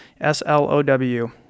S-L-O-W